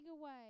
away